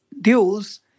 dues